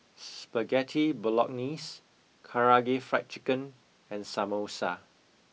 Spaghetti bolognese karaage fried chicken and samosa